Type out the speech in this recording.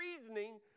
reasoning